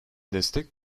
destek